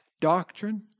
doctrine